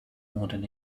modern